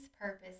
purpose